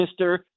Mr